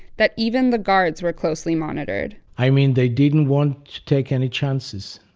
that even the guards were closely monitored i mean they didn't want to take any chances.